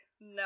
No